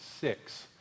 six